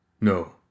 No